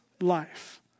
life